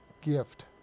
gift